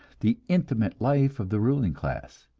the intimate life of the ruling class.